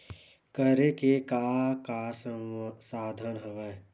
करे के का का साधन हवय?